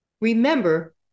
remember